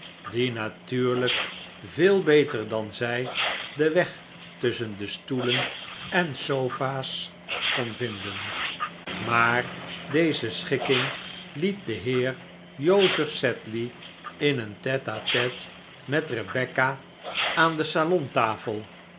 die natuurlijk veel beter dan zij den weg tusschen de stoelen en sofa's kon vinden maar deze schikking liet den heer joseph sedley in een tete-a-tete met rebecca aan de